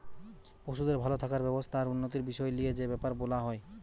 পশুদের ভাল থাকার ব্যবস্থা আর উন্নতির বিষয় লিয়ে যে বেপার বোলা হয়